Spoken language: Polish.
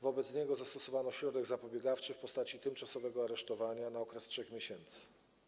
Wobec niego zastosowano środek zapobiegawczy w postaci tymczasowego aresztowania na okres 3 miesięcy.